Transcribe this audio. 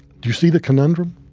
do you see the conundrum?